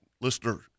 listener